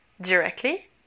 directly